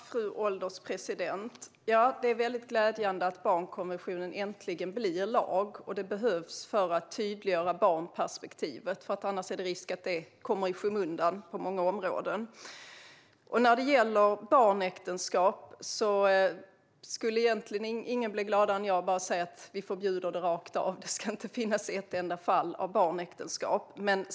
Fru ålderspresident! Det är glädjande att barnkonventionen äntligen blir lag. Det behövs för att tydliggöra barnperspektivet. Annars finns det risk att det kommer i skymundan på många områden. När det gäller barnäktenskap skulle ingen bli gladare än jag om vi sa att vi förbjuder det rakt av - det ska inte finnas ett enda fall av barnäktenskap.